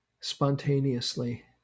spontaneously